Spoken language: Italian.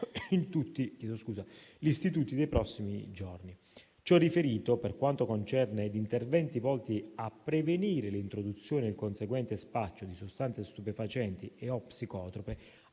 in tutti gli istituti nei prossimi giorni. Ciò riferito, per quanto concerne gli interventi volti a prevenire l'introduzione e il conseguente spaccio di sostanze stupefacenti e/o psicotrope